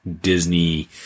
Disney